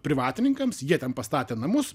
privatininkams jie ten pastatė namus